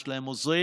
יש להם עוזרים,